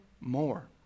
more